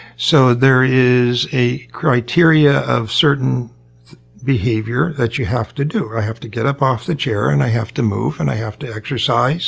so, there is a criteria of certain behavior that you have to do. i have to get up off the chair and i have to move and i have to exercise